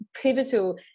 pivotal